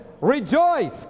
Rejoice